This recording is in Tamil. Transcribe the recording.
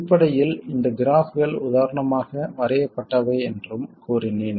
அடிப்படையில் இந்த கிராஃப்கள் உதாரணமாக வரையப்பட்டவை என்றும் கூறினேன்